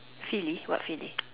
sealy what sealy